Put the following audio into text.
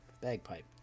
bagpipe